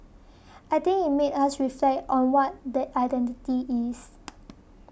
I think it made us reflect on what that identity is